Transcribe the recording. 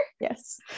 yes